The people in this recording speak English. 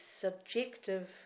subjective